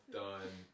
done